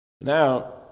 Now